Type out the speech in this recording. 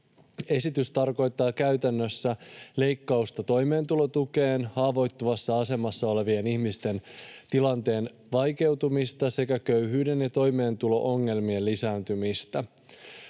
Esitys tarkoittaa käytännössä leikkausta toimeentulotukeen, haavoittuvassa asemassa olevien ihmisten tilanteen vaikeutumista sekä köyhyyden ja toimeentulo-ongelmien lisääntymistä.